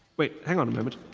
wait, hang on a moment.